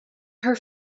her